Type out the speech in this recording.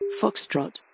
Foxtrot